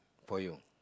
for you